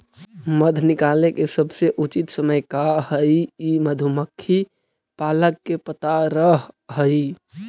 मध निकाले के सबसे उचित समय का हई ई मधुमक्खी पालक के पता रह हई